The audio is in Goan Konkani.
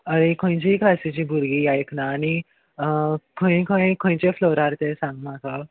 अरे खंयचीय क्लासीची भुरगीं आयकना आनी खंय खंय खंयचे फ्लोरार ते सांग म्हाका